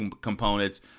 components